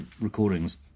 recordings